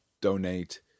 donate